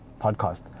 podcast